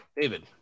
David